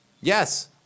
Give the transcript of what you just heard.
yes